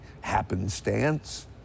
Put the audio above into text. happenstance